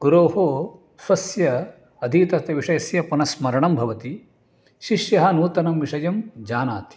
गुरोः स्वस्य अधीतस्य विषयस्य पुनस्मरणं भवति शिष्यः नूतनं विषयं जानाति